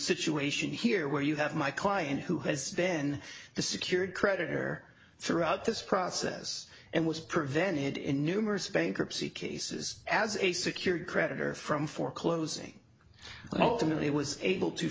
situation here where you have my client who has been the secured creditor throughout this process and was prevented in numerous bankruptcy cases as a secured creditors from foreclosing let them it was able to